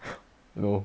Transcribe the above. you know